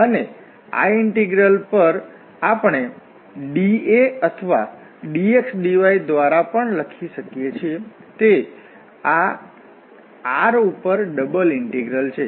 અને આ ઇન્ટિગ્રલ પર આપણે dA અથવા dxdy દ્વારા પણ બદલી શકીએ છીએ તે આ R ઉપર ડબલ ઇન્ટિગ્રલ છે